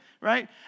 Right